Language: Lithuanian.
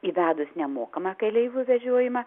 įvedus nemokamą keleivių vežiojimą